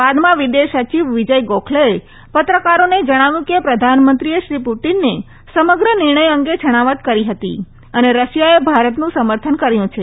બાદમાં વિદેશ સચિવ વિજય ગોખલેએ પત્રકારોને જણાવ્યું કે પ્રધાનમંત્રીએ શ્રી પુટીનને સમગ્ર નિર્ણય અંગે છણાવટ કરી હતી અને રશિયાએ ભારતનું સમર્થન કર્યું છે